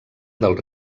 del